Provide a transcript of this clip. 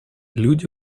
люди